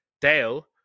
Dale